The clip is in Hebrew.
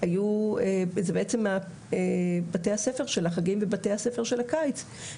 היו בתי הספר של החגים ובתי הספר של הקיץ.